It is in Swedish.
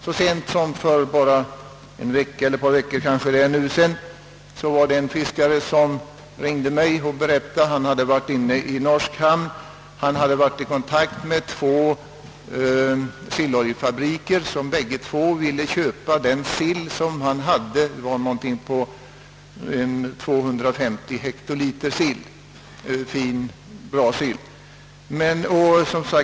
Så sent som för ett par veckor sedan ringde en fiskare till mig och berättade att han hade gått in i en norsk hamn och tagit kontakt med två silloljefabriker som båda ville köpa hans fångst på ca 250 hektoliter fin sill.